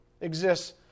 exists